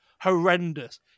horrendous